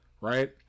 right